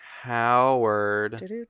Howard